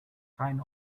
kind